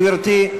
גברתי,